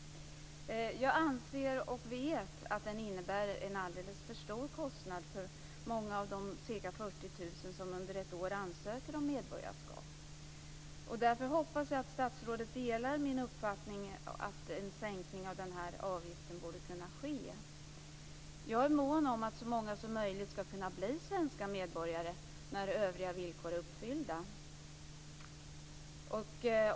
Jag anser och vet att den innebär en alldeles för stor kostnad för många av de ca 40 000 som under ett år ansöker om medborgarskap. Därför hoppas jag att statsrådet delar min uppfattning att en sänkning av avgiften borde kunna ske. Jag är mån om att så många som möjligt skall kunna bli svenska medborgare när övriga villkor är uppfyllda.